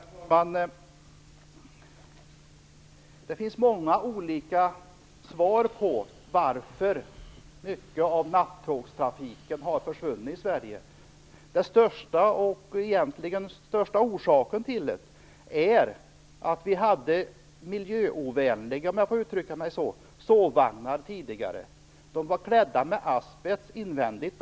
Herr talman! Det finns många olika svar på frågan varför mycket av nattågstrafiken har försvunnit i Sverige. Den största orsaken är att vi tidigare hade miljöovänliga - om jag får uttrycka det så - sovvagnar. De var klädda med asbest invändigt.